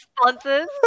sponsors